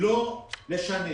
לא נשנה,